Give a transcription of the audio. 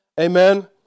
Amen